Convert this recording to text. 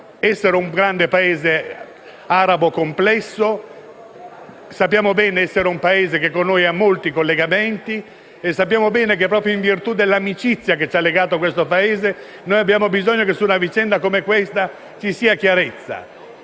un grande Paese arabo complesso, sappiamo bene essere un Paese che con noi ha molti collegamenti; e sappiamo bene che proprio in virtù dall'amicizia che ci ha legato a questo Paese noi abbiamo bisogno che su una vicenda come questa vi sia chiarezza.